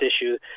issue